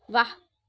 واہ